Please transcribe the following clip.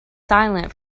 silent